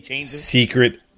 secret